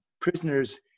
prisoners